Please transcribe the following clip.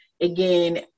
again